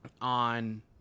on